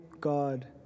God